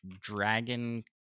Dragon